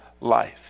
life